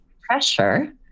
pressure